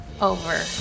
over